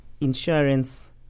insurance